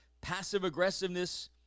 passive-aggressiveness